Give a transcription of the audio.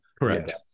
correct